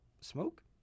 Smoke